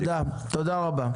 תודה רבה.